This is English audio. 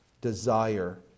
desire